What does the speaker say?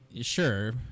Sure